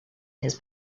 his